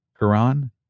Quran